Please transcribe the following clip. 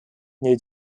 new